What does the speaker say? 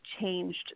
changed